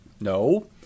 No